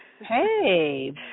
hey